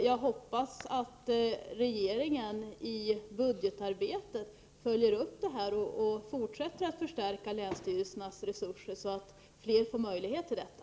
Jag hoppas att regeringen i budgetarbetet följer upp det här och fortsätter att förstärka länsstyrelsernas resurser så att fler länsstyrelser får möjlighet till detta.